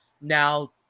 now